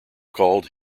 called